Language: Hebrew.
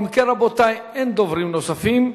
אם כן, רבותי, אין דוברים נוספים.